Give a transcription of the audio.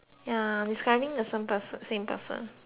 think the same person same person